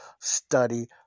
study